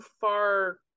far